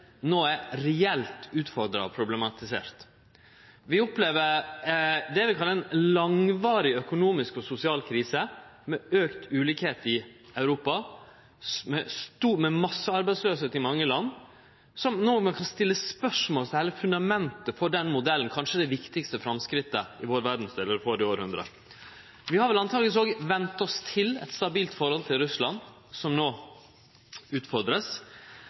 er reelt utfordra og problematisert. Vi opplever det eg vil kalle ei langvarig økonomisk og sosial krise, med auka ulikskap i Europa og med massearbeidsløyse i mange land, sånn at ein no kan stille spørsmål ved heile fundamentet for den modellen, kanskje det viktigaste framskrittet i vår verdsdel i det førre hundreåret. Vi har truleg òg vant oss til eit stabilt forhold til Russland, som